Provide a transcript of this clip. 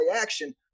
action